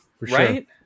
Right